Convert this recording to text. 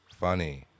funny